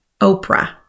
Oprah